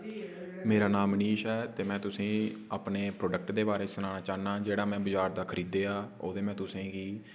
मेरा नांऽ मनीश ऐ ते मैं तुसेे'गी अपने प्रोडक्ट दे बारे सनाना चाह्न्नां जेह्ड़ा मैं बजार दा खरीदेआ ओह्दे मैं तुसें'गी